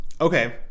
Okay